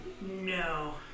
No